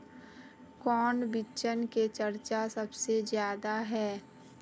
कौन बिचन के चर्चा सबसे ज्यादा है?